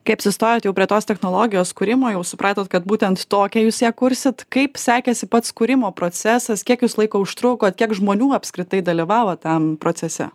kai apsistojat prie tos technologijos kūrimo jau supratot kad būtent tokią jūs ją kursit kaip sekėsi pats kūrimo procesas kiek jūs laiko užtrukot kiek žmonių apskritai dalyvavo tam procese